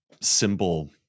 symbol